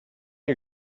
you